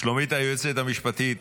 היועצת המשפטית,